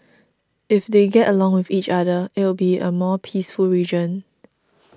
if they get along with each other it'll be a more peaceful region